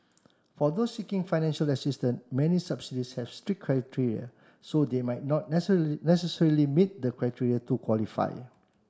for those seeking financial assistance many subsidies have strict criteria so they might not necessarily meet the criteria to qualify